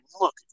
look